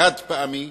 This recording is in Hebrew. חד-פעמי,